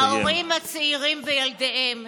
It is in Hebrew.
ההורים הצעירים וילדיהם,